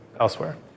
elsewhere